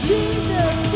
Jesus